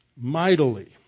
mightily